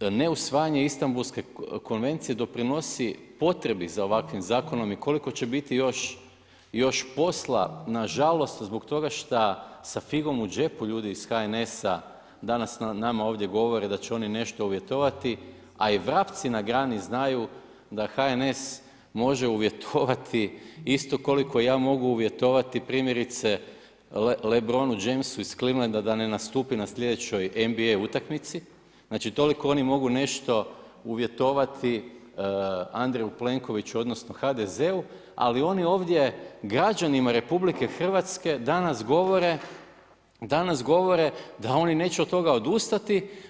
neusvajanje Istanbulske konvencije doprinosi potrebi za ovakvim zakonom i koliko će biti još posla na žalost zbog toga što sa figom u džepu ljudi iz HNS-a danas nama ovdje govore da će oni nešto uvjetovati, a i vrapci na grani znaju da HNS može uvjetovati isto koliko i ja mogu uvjetovati primjerice Lebronu Jemsu iz Clivlenda da ne nastupi na slijedećoj MBM utakmici, znači toliko oni mogu nešto uvjetovati Andreju Plenkoviću, odnosno HDZ-u, ali oni ovdje građanima Republike Hrvatske danas govore da oni neće od toga odustati.